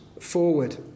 forward